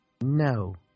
no